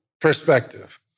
perspective